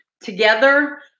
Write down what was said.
together